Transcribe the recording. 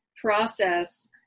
process